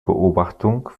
beobachtung